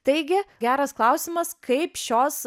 taigi geras klausimas kaip šios